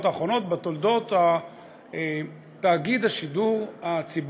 האחרונות בתולדות תאגיד השידור הציבורי.